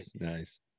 nice